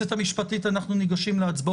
גברתי היועצת המשפטית, אנחנו ניגשים להצבעות.